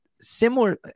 similar